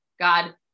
God